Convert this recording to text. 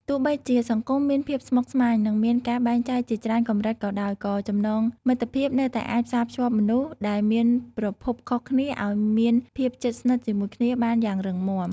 ទោះបីជាសង្គមមានភាពស្មុគស្មាញ និងមានការបែងចែកជាច្រើនកម្រិតក៏ដោយ ក៏ចំណងមិត្តភាពនៅតែអាចផ្សារភ្ជាប់មនុស្សដែលមានប្រភពខុសគ្នាឲ្យមានភាពជិតស្និទ្ធជាមួយគ្នាបានយ៉ាងរឹងមាំ។